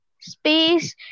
space